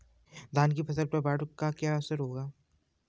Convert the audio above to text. धान की फसल पर बाढ़ का क्या असर होगा?